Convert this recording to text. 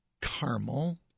caramel